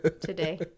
today